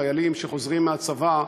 חיילים שחוזרים מהצבא,